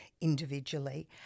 individually